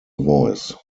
voice